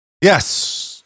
Yes